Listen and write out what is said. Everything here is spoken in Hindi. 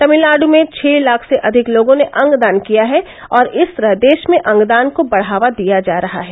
तमिलनाडु में छह लाख से अधिक लोगों ने अंगदान किया है और इस तरह देश में अंगदान को बढ़ावा दिया जा रहा है